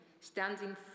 standing